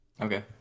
Okay